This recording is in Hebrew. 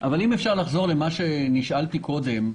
אם אפשר לחזור אל מה שנשאלתי קודם,